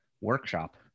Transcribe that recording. workshop